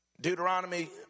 Deuteronomy